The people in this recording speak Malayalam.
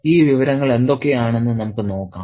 ഈ വിവരങ്ങൾ എന്തൊക്കെയാണെന്ന് നമുക്ക് നോക്കാം